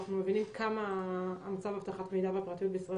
אנחנו מבינים כמה מצב אבטחת המידע והפרטיות בישראל